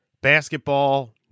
basketball